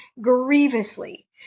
grievously